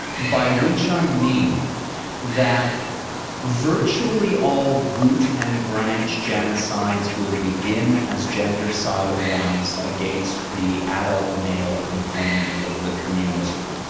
by which i mean that virtually all root-and-branch genocides will begin as gendercidal ones against the adult male component of the community.